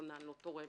והכונן לא תורם